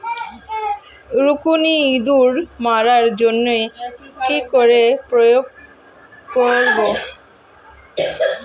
রুকুনি ইঁদুর মারার জন্য কি করে প্রয়োগ করব?